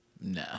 Nah